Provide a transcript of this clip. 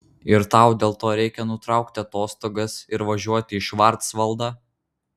ir tau dėl to reikia nutraukti atostogas ir važiuoti į švarcvaldą